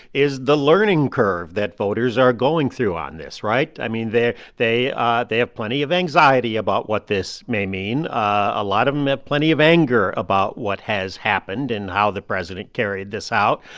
is the learning curve that voters are going through on this, right? i mean, they're they ah they have plenty of anxiety about what this may mean. a lot of them have plenty of anger about what has happened and how the president carried this out.